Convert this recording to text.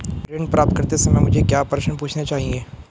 ऋण प्राप्त करते समय मुझे क्या प्रश्न पूछने चाहिए?